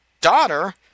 daughter